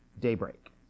daybreak